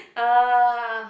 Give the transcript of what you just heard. uh